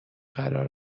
قرار